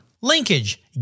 Linkage